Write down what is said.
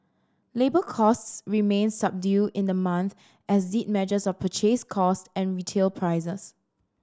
labour costs remained subdued in the month as the measures of purchase cost and retail prices